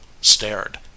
stared